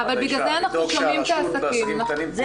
לדאוג שהרשות לעסקים קטנים תראה את ה- -- זה